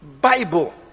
bible